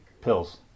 Pills